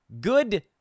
good